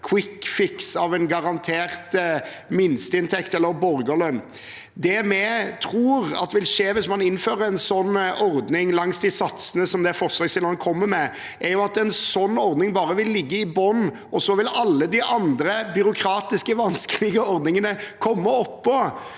i form av en garantert minsteinntekt eller borgerlønn. Det vi tror vil skje hvis man innfører en sånn ordning langs de satsene som forslagsstillerne kommer med, er at ordningen bare vil ligge i bunnen, og så vil alle de andre byråkratiske, vanskelige ordningene komme oppå